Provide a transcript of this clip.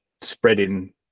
spreading